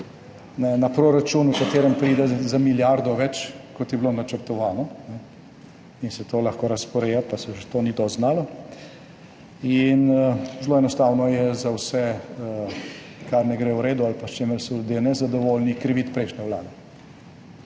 na proračun, v katerem pride za milijardo več, kot je bilo načrtovano, in se to lahko razporeja, pa še to se ni dosti znalo. Zelo enostavno je za vse, kar ne gre v redu ali pa s čimer so ljudje nezadovoljni, kriviti prejšnje vlade.